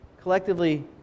collectively